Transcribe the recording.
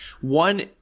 One